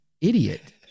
idiot